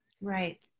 Right